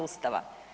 Ustava.